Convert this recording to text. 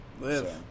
Live